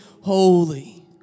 holy